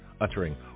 uttering